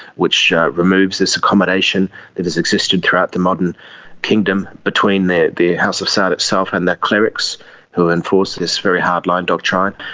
which removes this accommodation that has existed throughout the modern kingdom between the the house of saud itself and the clerics who enforce this very hard-line doctrine.